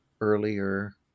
earlier